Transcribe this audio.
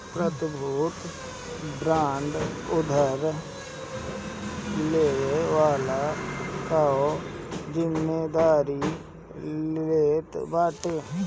प्रतिभूति बांड उधार लेवे वाला कअ जिमेदारी लेत बाटे